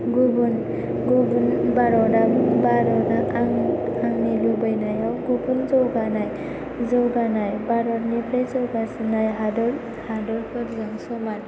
भारतआ आंनि लुबैनायाव गुबुन जौगानाय एबा भारतनिफ्राय जौगासिननाय हादरफोरजों समान